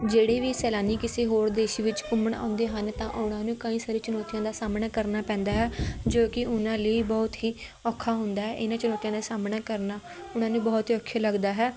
ਜਿਹੜੀ ਵੀ ਸੈਲਾਨੀ ਕਿਸੇ ਹੋਰ ਦੇਸ਼ ਵਿੱਚ ਘੁੰਮਣ ਆਉਂਦੇ ਹਨ ਤਾਂ ਉਹਨਾਂ ਨੂੰ ਕਈ ਸਾਰੀ ਚੁਣੌਤੀਆਂ ਦਾ ਸਾਹਮਣਾ ਕਰਨਾ ਪੈਂਦਾ ਹੈ ਜੋ ਕਿ ਉਹਨਾਂ ਲਈ ਬਹੁਤ ਹੀ ਔਖਾ ਹੁੰਦਾ ਹੈ ਇਹਨਾਂ ਚੁਣੌਤੀਆਂ ਦਾ ਸਾਹਮਣਾ ਕਰਨਾ ਉਹਨਾਂ ਨੂੰ ਬਹੁਤ ਹੀ ਔਖਾ ਲੱਗਦਾ ਹੈ